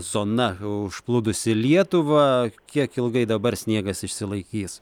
zona užplūdusi lietuvą kiek ilgai dabar sniegas išsilaikys